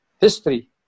history